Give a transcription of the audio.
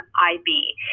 IB